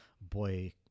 boy